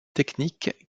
technique